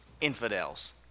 infidels